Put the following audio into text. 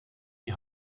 die